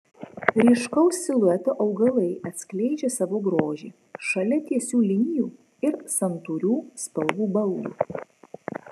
ryškaus silueto augalai atskleidžia savo grožį šalia tiesių linijų ir santūrių spalvų baldų